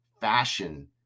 Fashion